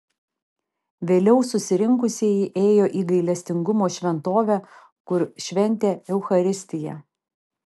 vėliau susirinkusieji ėjo į gailestingumo šventovę kur šventė eucharistiją